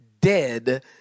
dead